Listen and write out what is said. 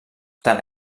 tant